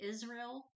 Israel